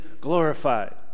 glorified